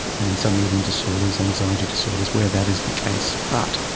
and some eating disorders, anxiety disorders, where that is the case. but,